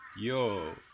yo